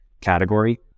category